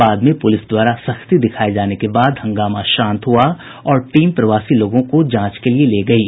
बाद में पूलिस द्वारा सख्ती दिखाये जाने के बाद हंगामा शांत हुआ और टीम प्रवासी लोगों को जांच के लिए ले गयी